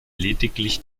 lediglich